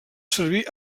servir